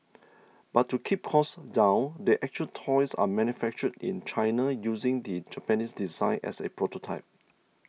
but to keep costs down the actual toys are manufactured in China using the Japanese design as a prototype